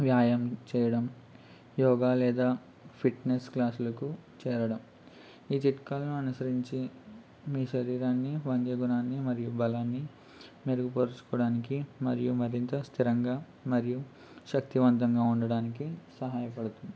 వ్యాయామం చేయడం యోగా లేదా ఫిట్నెస్ క్లాసులకు చేరడం ఈ చిట్కాలను అనుసరించి మీ శరీరాన్ని వంగే గుణాన్ని మరియు బలాన్ని మెరుగుపరుచుకోవడానికి మరియు మరింత స్థిరంగా మరియు శక్తివంతంగా ఉండడానికి సహాయపడుతుంది